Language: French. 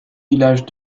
village